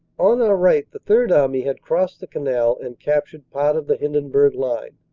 on our right the third army had crossed the canal and captured part of the hindenburg line.